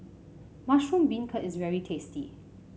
Mushroom Beancurd is very tasty